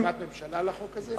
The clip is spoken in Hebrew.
יש הסכמת ממשלה לחוק הזה?